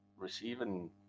Receiving